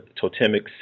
totemic